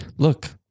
Look